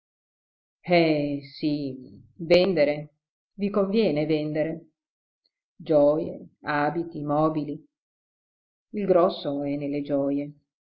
eh sì vendere vi conviene vendere gioje abiti mobili il grosso è nelle gioje